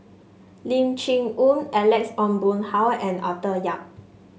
Lim Chee Onn Alex Ong Boon Hau and Arthur Yap